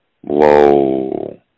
Whoa